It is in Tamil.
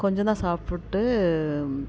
கொஞ்சம்தான் சாப்பிட்டு